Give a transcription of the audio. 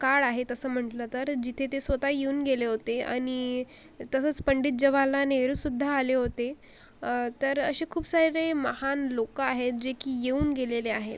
काळ आहे तसं म्हटलं तर जिथे ते स्वत येऊन गेले होते आणि तसंच पंडीत जवाहरलाल नेहरूसुद्धा आले होते तर असे खूप सारे महान लोक आहेत जे की येऊन गेलेले आहेत